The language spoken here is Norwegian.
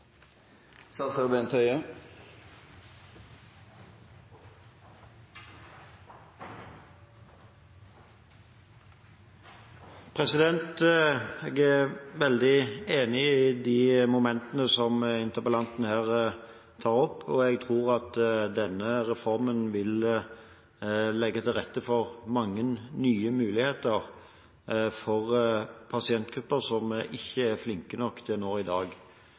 Jeg er veldig enig i de momentene som interpellanten her tar opp, og jeg tror at denne reformen vil legge til rette for mange nye muligheter for pasientgrupper som vi ikke er flinke nok til å nå i dag.